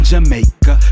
Jamaica